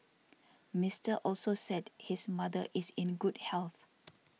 Mister Also said his mother is in good health